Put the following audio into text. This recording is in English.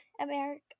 America